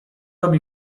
robi